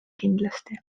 kindlasti